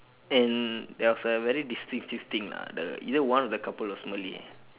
and there was a very distinctive thing ah the either one of the couple was malay